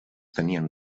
tenien